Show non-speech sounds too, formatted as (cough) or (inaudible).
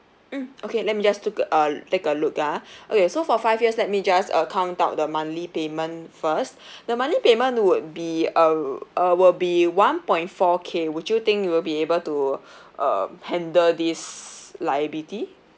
mm okay let me just took a uh take a look ah (breath) okay so for five years let me just uh count out the monthly payment first (breath) the monthly payment would be uh would be one point four K would you think you'll be able to (breath) um handle this liability